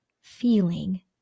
feeling